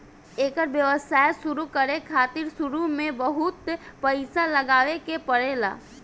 एकर व्यवसाय शुरु करे खातिर शुरू में बहुत पईसा लगावे के पड़ेला